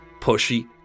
Pushy